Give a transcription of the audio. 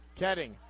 Ketting